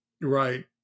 right